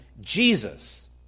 Jesus